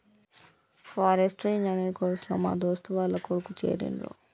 forestry engineer course లో మా దోస్తు వాళ్ల కొడుకు చేరిండు